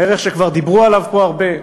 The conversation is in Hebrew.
הערך שכבר דיברו עליו פה הרבה,